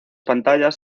pantallas